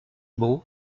beau